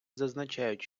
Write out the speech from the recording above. зазначають